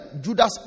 Judas